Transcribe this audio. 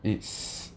it's